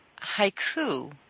haiku